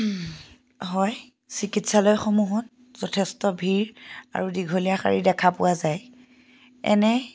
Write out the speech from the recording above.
হয় চিকিৎসালয়সমূহত যথেষ্ট ভিৰ আৰু দীঘলীয়া শাৰী দেখা পোৱা যায় এনে